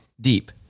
deep